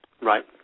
Right